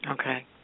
Okay